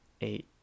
eight